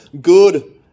good